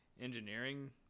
engineering